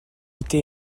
été